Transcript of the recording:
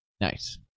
Nice